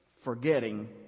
Forgetting